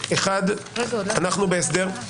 אף אחד לא יוותר על יומו בבית המשפט.